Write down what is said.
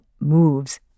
moves